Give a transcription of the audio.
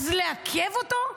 אז לעכב אותו?